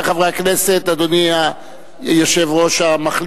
גם איתן כבל.